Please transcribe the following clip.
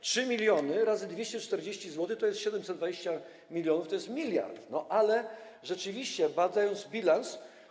3 mln razy 240 zł to jest 720 mln, to jest 1 mld, ale rzeczywiście badając bilans.